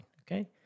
Okay